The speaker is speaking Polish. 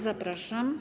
Zapraszam.